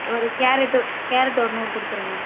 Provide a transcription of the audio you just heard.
ஒரு carrot carrot ஒரு நூறு கொடுத்துருங்க